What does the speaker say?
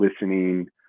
listening